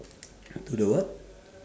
to the what